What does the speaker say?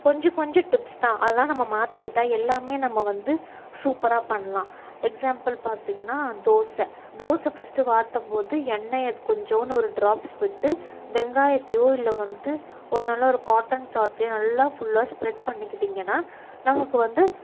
கொஞ்சம் கொஞ்சம் டிப்ஸ் தான் அதுதான் நம்ம மாற்றிக்கிட்டா எல்லாமே நம்ம வந்து சூப்பராக பண்ணலாம் எக்ஸாம்பிள் பார்த்திங்கனா தோசை தோசை ஃபஸ்ட்டு வார்த்தம்போது எண்ணெய கொஞ்சோன்னு ஒரு ட்ராப்ஸ் விட்டு வெங்காயத்தையோ இல்லை வந்துட்டு ஒரு நல்ல ஒரு காட்டன் கிளாத்தையோ நல்லா ஃபுல்லாக ஸ்பிரெட் பண்ணிக்கிட்டிங்கனால் நமக்கு வந்து